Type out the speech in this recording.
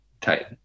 tight